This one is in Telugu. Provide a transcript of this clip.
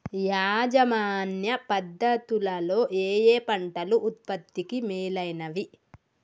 యాజమాన్య పద్ధతు లలో ఏయే పంటలు ఉత్పత్తికి మేలైనవి?